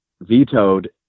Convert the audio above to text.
Vetoed